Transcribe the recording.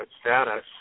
status